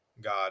God